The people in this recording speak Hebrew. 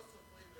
לא סופרים,